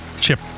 chip